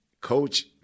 Coach